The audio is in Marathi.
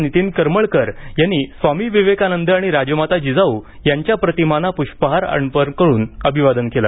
नीतीन करमळकर यांनी स्वामी विवेकानंद आणि राजमाता जिजाऊ यांच्या प्रतिमांना पुष्पहार अर्पण करून अभिवादन केलं